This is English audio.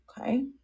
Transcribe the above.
Okay